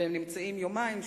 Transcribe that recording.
והם נמצאים יומיים,